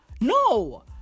no